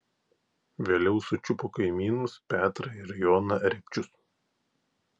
vėliau sučiupo kaimynus petrą ir joną repčius